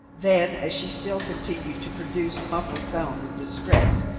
then, as she still continued to produce muffled sounds of distress,